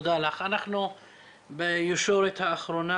אנחנו בישורת האחרונה.